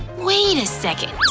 wait a second,